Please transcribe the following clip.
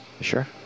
Sure